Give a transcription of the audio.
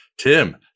Tim